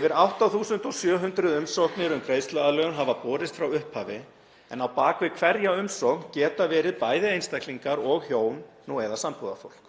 Yfir 8.700 umsóknir um greiðsluaðlögun hafa borist frá upphafi, en á bak við hverja umsókn geta verið bæði einstaklingar og hjón eða sambúðarfólk.